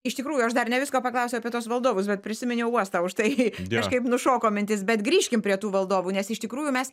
iš tikrųjų aš dar ne viską paklausiu apie tuos valdovus bet prisiminiau uostą už tai kažkaip nušoko mintis bet grįžkim prie tų valdovų nes iš tikrųjų mes